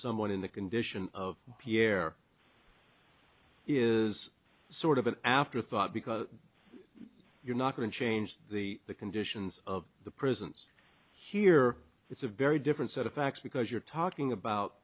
someone in the condition of pierre is sort of an afterthought because you're not going to change the the conditions of the prisons here it's a very different set of facts because you're talking about